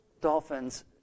dolphins